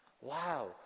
Wow